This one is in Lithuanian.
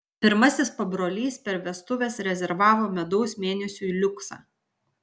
pirmasis pabrolys per vestuves rezervavo medaus mėnesiui liuksą